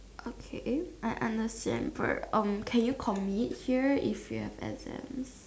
okay I understand for um can you commit here if you have exams